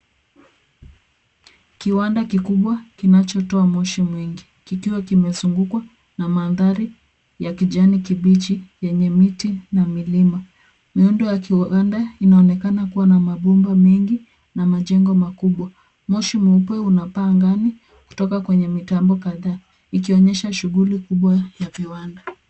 Kiwanda kikubwa kinachotoa moshi mwingi, kikiwa kimezungukwa na maandhari ya kijani kibichi yenye miti na milima. Miundo ya kiwanda inaonekana kuwa na mabomba mengi na majengo makubwa. Moshi mweupe unapaa angani kutoka kwenye mitambo kadhaa, ikionyesha shughuli kubwa ya viwanda.